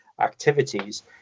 activities